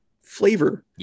flavor